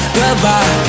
goodbye